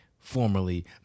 Formerly